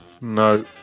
No